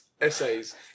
essays